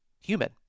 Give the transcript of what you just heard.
human